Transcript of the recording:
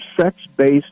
sex-based